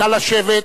נא לשבת.